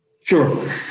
Sure